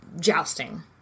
jousting